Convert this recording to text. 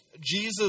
Jesus